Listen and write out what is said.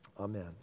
Amen